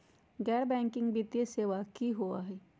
गैर बैकिंग वित्तीय सेवा की होअ हई?